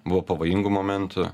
buvo pavojingų momentų